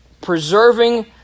Preserving